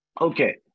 Okay